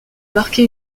marqué